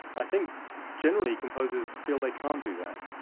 i think generally, composers feel they can't do that,